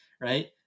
right